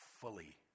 fully